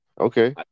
Okay